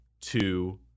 Two